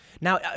Now